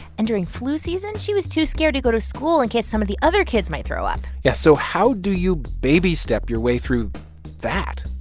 and during flu season, she was too scared to go to school in case some of the other kids might throw up yeah. so how do you baby step your way through that?